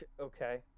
Okay